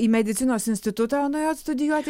į medicinos institutą o nuėjot studijuoti